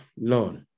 Lord